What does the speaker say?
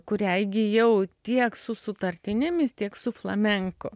kurią įgijau tiek su sutartinėmis tiek su flamenko